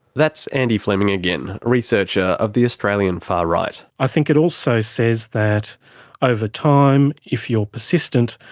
that's andy fleming again, researcher of the australian far right. i think it also says that over time, if you're persistent,